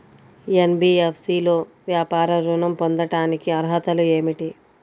NBFC లో వ్యాపార ఋణం పొందటానికి అర్హతలు ఏమిటీ?